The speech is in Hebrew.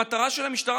המטרה של המשטרה,